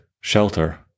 shelter